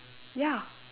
ya